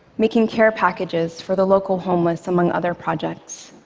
making care packages for the local homeless, among other projects.